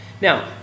Now